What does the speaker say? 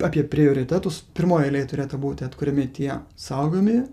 apie prioritetus pirmoj eilėj turėtų būti atkuriami tie saugomi